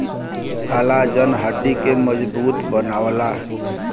collagen हड्डी के मजबूत बनावला